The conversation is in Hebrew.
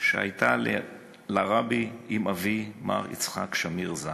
שהייתה לרבי עם אבי, מר יצחק שמיר ז"ל.